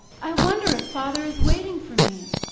i wonder if father is waiting for me.